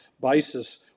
basis